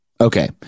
Okay